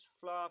fluff